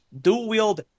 dual-wield